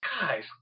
guys